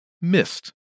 missed